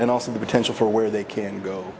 and also the potential for where they can go